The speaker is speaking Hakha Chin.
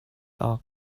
awk